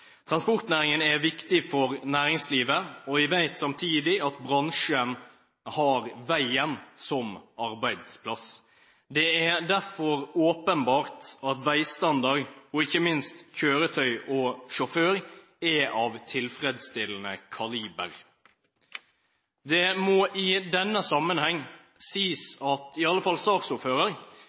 Transportnæringen er viktig for næringslivet, og vi vet samtidig at bransjen har veien som arbeidsplass. Det er derfor åpenbart at veistandard og ikke minst kjøretøy og sjåfør er av tilfredsstillende kaliber. Det må i denne sammenheng sies at i alle fall